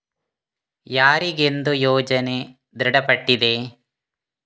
ಯಾರಿಗೆಂದು ಯೋಜನೆ ದೃಢಪಟ್ಟಿದೆ?